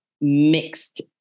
mixed